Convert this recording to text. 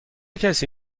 کسی